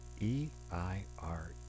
E-I-R